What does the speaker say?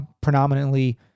predominantly